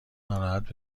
ناراحت